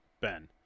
Ben